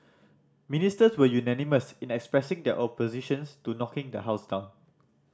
ministers were unanimous in expressing their opposition to knocking the house down